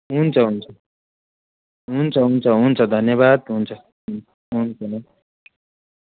हुन्छ हुन्छ हुन्छ हुन्छ हुन्छ धन्यवाद हुन्छ हुन्छ ल